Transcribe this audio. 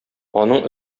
аның